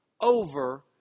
over